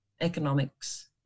economics